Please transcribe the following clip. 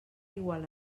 igual